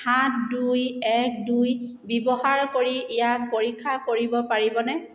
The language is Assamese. সাত দুই এক দুই ব্যৱহাৰ কৰি ইয়াক পৰীক্ষা কৰিব পাৰিবনে